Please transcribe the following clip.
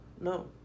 No